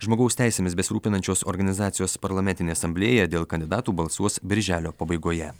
žmogaus teisėmis besirūpinančios organizacijos parlamentinė asamblėja dėl kandidatų balsuos birželio pabaigoje